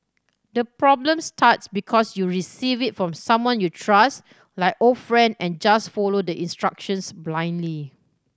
the problem starts because you receive it from someone you trust like old friend and just follow the instructions blindly